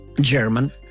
German